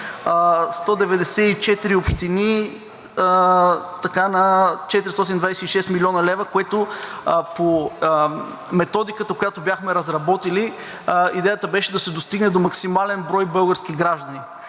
194 общини на 426 млн. лв., което по методиката, която бяхме разработили, идеята беше да се достигне до максимален брой български граждани.